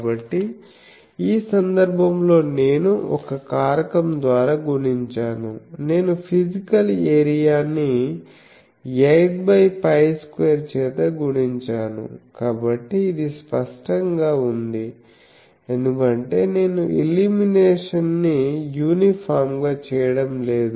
కాబట్టి ఈ సందర్భంలో నేను ఒక కారకం ద్వారా గుణించాను నేను ఫిజికల్ ఏరియా ని 8π2 చేత గుణించాను కాబట్టి ఇది స్పష్టంగా ఉంది ఎందుకంటే నేను ఇల్యూమినేషన్న్ని యూనిఫామ్ గా చేయడం లేదు